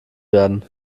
werden